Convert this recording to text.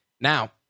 Now